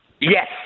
Yes